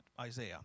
Isaiah